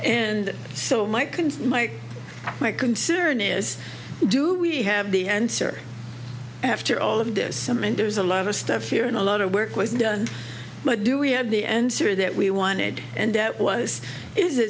concern my my concern is do we have the answer after all of this some and there's a lot of stuff here and a lot of work was done but do we have the answer that we wanted and that was is i